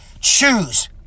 choose